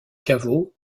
caveau